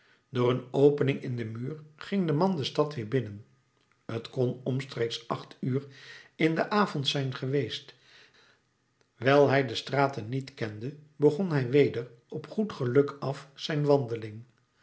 door een opening in den muur ging de man de stad weer binnen t kon omstreeks acht uur in den avond zijn geweest wijl hij de straten niet kende begon hij weder op goed geluk af zijn wandeling